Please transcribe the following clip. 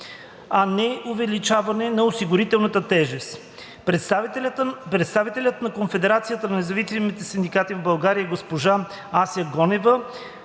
а не увеличаване на осигурителната тежест. Представителят на Конфедерацията на независимите синдикати в България – госпожа Ася Гонева,